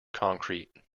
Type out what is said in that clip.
concrete